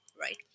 Right